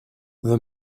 the